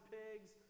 pigs